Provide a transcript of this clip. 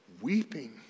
weeping